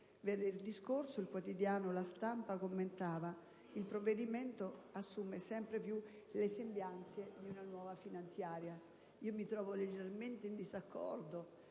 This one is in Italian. venerdì scorso il quotidiano «La Stampa» commentava: «Il provvedimento assume sempre più le sembianze di una nuova finanziaria». Io mi trovo leggermente in disaccordo